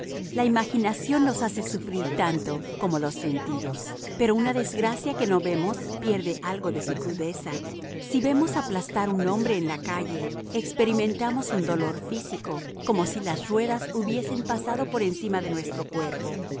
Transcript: la imaginación nos hace sufrir tanto como los sentidos pero una desgracia que no vemos pierde algo de su crudeza si vemos aplastar un hombre en la calle experimentamos un dolor físico como si las ruedas hubiesen pasado por encima de nuestro cuerpo